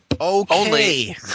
Okay